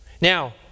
Now